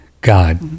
God